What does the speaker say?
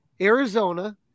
Arizona